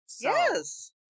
yes